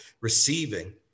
receiving